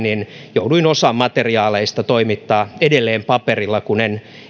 jouduin osan materiaaleista toimittamaan edelleen paperilla kun